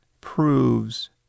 proves